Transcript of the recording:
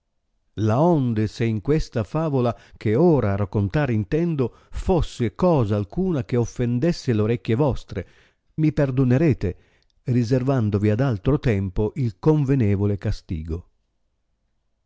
beilo laonde se in questa l'avola che ora raccontar intendo fosse cosa alcuna che offendesse l orecchie vostre mi perdonerete riservandovi ad altro tempo il convenevole castigo